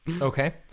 Okay